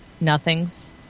Nothing's